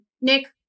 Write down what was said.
Nick